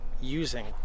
using